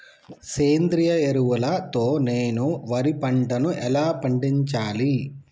సేంద్రీయ ఎరువుల తో నేను వరి పంటను ఎలా పండించాలి?